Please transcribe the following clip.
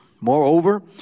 Moreover